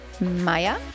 Maya